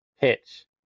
Pitch